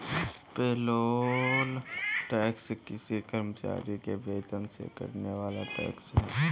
payroll tax किसी कर्मचारी के वेतन से कटने वाला टैक्स है